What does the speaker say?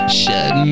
shut